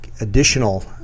additional